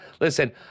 Listen